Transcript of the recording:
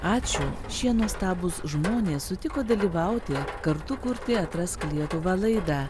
ačiū šie nuostabūs žmonės sutiko dalyvauti kartu kurti atrask lietuvą laidą